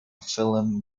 film